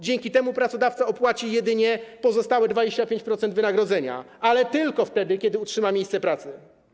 Dzięki temu pracodawca opłaci jedynie pozostałe 25% wynagrodzenia, ale tylko wtedy, kiedy utrzyma miejsce pracy.